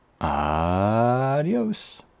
Adios